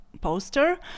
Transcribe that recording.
poster